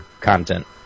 content